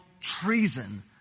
treason